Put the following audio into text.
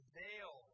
veil